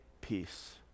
peace